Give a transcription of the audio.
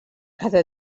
cada